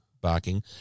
barking